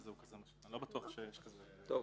אני לא בטוח שיש כזה -- טוב.